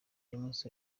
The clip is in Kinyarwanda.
james